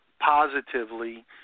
positively